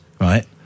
right